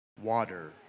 water